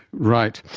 right.